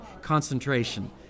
concentration